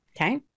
Okay